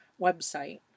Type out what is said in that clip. website